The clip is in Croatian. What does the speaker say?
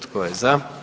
Tko je za?